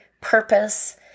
purpose